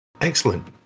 Excellent